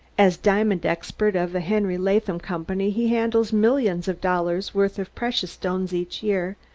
as diamond expert of the henry latham company he handles millions of dollars' worth of precious stones each year,